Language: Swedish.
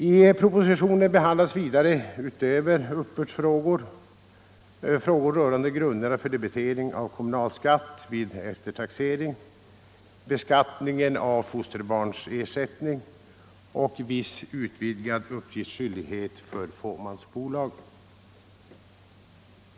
I propositionen behandlas vidare — utöver uppbördsfrågor — spörsmål rörande grunderna för debitering av kommunalskatt vid eftertaxering, beskattningen av fosterbarnsersättning och viss utvidgad uppgiftsskyldighet för fåmansbolag.